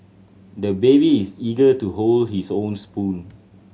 the baby is eager to hold his own spoon